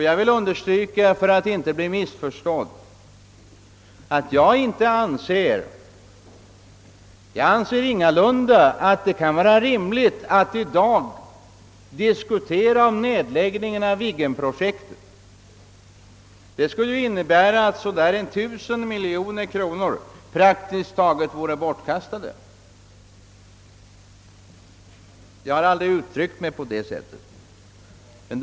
Jag vill understryka, för att inte bli missförstådd, att jag ingalunda anser det vara rimligt att i dag diskutera en nedläggning av Viggen-projektet. En nedläggning skulle ju innebära att cirka 1000 miljoner kronor praktiskt taget vore bortkastade. Jag har heller aldrig talat för en nedläggning av projek tet.